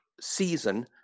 season